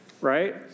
right